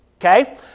Okay